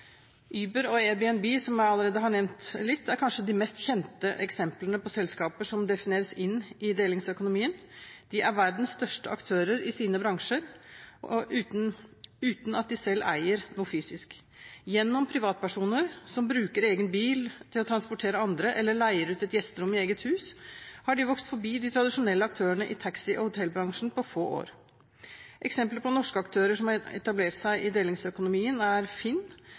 og Airbnb, som jeg allerede har nevnt, er kanskje de mest kjente eksemplene på selskaper som defineres inn i delingsøkonomien. De er verdens største aktører i sine bransjer, uten at de selv eier noe fysisk. Gjennom privatpersoner, som bruker egen bil til å transportere andre, eller leier ut et gjesterom i eget hus, har de vokst forbi de tradisjonelle aktørene i taxi- og hotellbransjen på få år. Eksempler på norske aktører som har etablert seg i delingsøkonomien, er FINN,